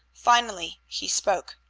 finally he spoke.